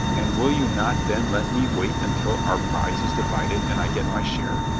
and will you not then let me wait until our prize is divided and i get my share?